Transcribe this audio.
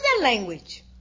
language